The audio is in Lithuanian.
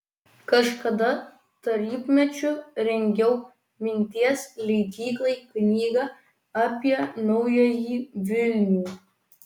kažkada tarybmečiu rengiau minties leidyklai knygą apie naująjį vilnių